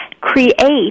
create